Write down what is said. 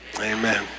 amen